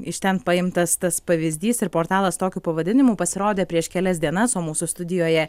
iš ten paimtas tas pavyzdys ir portalas tokiu pavadinimu pasirodė prieš kelias dienas o mūsų studijoje